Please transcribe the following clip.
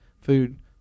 food